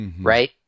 right